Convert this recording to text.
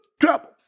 trouble